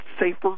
safer